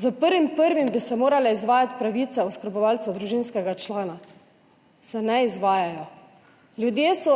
S 1. 1. bi se morale izvajati pravice oskrbovalca družinskega člana. Se ne izvajajo. Ljudje so